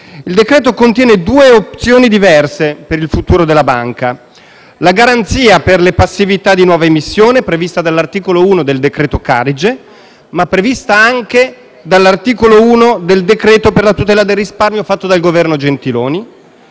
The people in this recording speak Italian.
Il provvedimento contiene due opzioni diverse per il futuro della banca. La garanzia per le passività di nuova emissione, prevista dall'articolo 1 del decreto Carige, ma prevista anche dall'articolo 1 del decreto per la tutela del risparmio fatto dal Governo Gentiloni